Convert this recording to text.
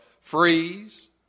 freeze